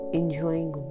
enjoying